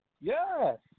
Yes